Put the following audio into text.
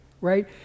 right